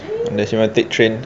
unless you want to take train